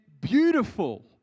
beautiful